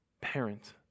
parent